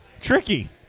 Tricky